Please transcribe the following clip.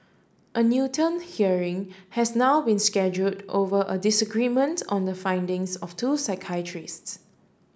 a Newton hearing has now been scheduled over a disagreement on the findings of two psychiatrists